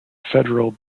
federal